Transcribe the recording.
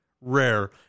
rare